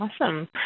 Awesome